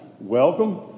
welcome